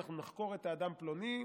אנחנו נחקור אדם פלוני,